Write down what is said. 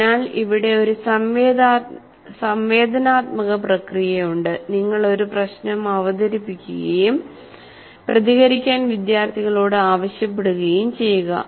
അതിനാൽ ഇവിടെ ഒരു സംവേദനാത്മക പ്രക്രിയയുണ്ട് നിങ്ങൾ ഒരു പ്രശ്നം അവതരിപ്പിക്കുകയും പ്രതികരിക്കാൻ വിദ്യാർത്ഥികളോട് ആവശ്യപ്പെടുകയും ചെയ്യുക